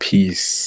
Peace